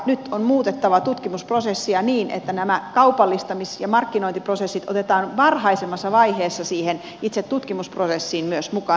nyt on muutettava tutkimusprosessia niin että nämä kaupallistamis ja markkinointiprosessit otetaan varhaisemmassa vaiheessa myös siihen itse tutkimusprosessiin mukaan